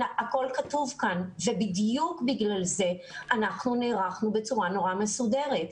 הכל כתוב כאן ובדיוק בגלל זה אנחנו נערכנו בצורה נורא מסודרת.